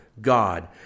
God